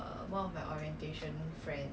真的 meh